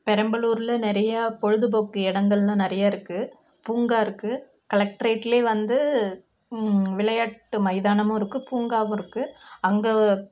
பெரம்பலூரில் நிறையா பொழுதுப்போக்கு இடங்கள்ன்னு நிறையா இருக்குது பூங்கா இருக்குது கலக்ரேட்டில் வந்து விளையாட்டு மைதானமும் இருக்குது பூங்காவும் இருக்குது அங்கே